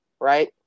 right